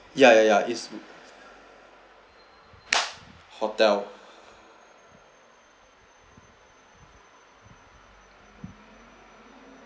yeah yeah yeah it's hotel